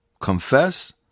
Confess